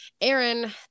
Aaron